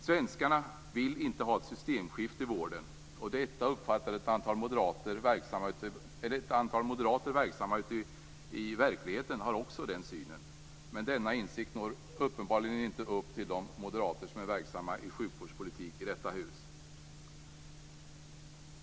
Svenskar vill inte ha ett systemskifte i vården. Ett antal moderater verksamma i verkligheten har också den uppfattningen. Men denna insikt når uppenbarligen inte fram till de moderater som är verksamma inom sjukvårdspolitiken i detta hus.